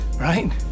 right